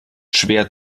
schwer